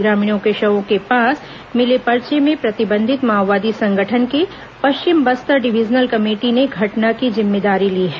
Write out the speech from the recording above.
ग्रामीणों के शवों के पास मिले पर्चे में प्रतिबंधित माओवादी संगठन के पश्चिम बस्तर डिवीजिनल कमेटी ने घटना की जिम्मेदारी ली है